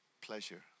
pleasure